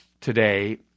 today